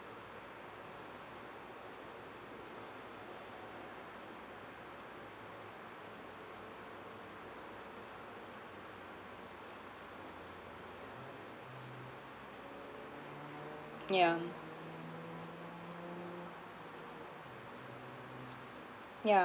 yeah yeah